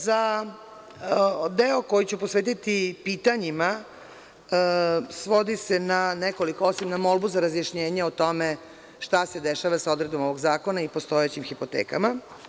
Za deo koji ću posvetiti pitanjima, svodi se na nekoliko ocena, na molbu za razjašnjenje o tome šta se dešava sa odredbom ovog zakona i postojećim hipotekama.